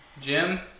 Jim